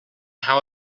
how